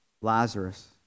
Lazarus